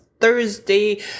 thursday